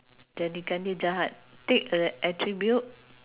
jadikan dia jahat take a attribute